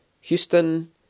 Houston